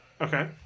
Okay